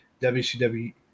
WCW